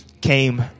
came